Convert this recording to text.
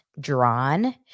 drawn